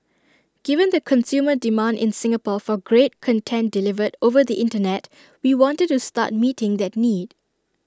given the consumer demand in Singapore for great content delivered over the Internet we wanted to start meeting that need